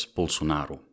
Bolsonaro